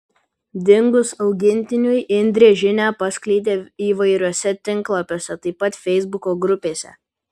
dingus augintiniui indrė žinią paskleidė įvairiuose tinklapiuose taip pat feisbuko grupėse